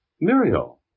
Muriel